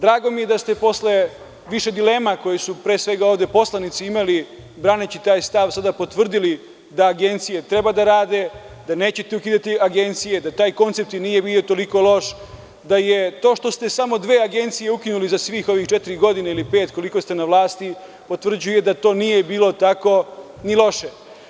Drago mi je da ste posle više dilema koje su, pre svega, poslanici ovde imali braneći taj stav, sada potvrdili da agencije treba da rade, da nećete ukidati agencije, da taj koncept nije bio toliko loš, da je to što ste samo dve agencije ukinuli za sve ove četiri ili pet godina, koliko ste na vlasti, potvrđuje da to nije bilo tako ni loše.